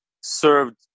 served